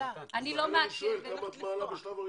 לכן אני שואל כמה את מעלה בשלב הראשון.